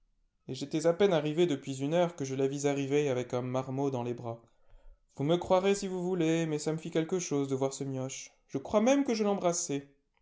j'étais à peine arrivé depuis une heure que je la vis arriver avec un marmot dans les bras vous me croirez si vous voulez mais ça me fit quelque chose de voir ce mioche je crois même que je l'embrassai